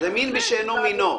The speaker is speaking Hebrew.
זה מין בשאינו מינו.